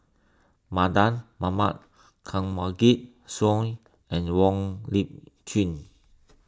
Mardan Mamat Kanwaljit Soin and Wong Lip Chin